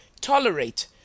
tolerate